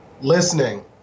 Listening